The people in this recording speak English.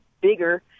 bigger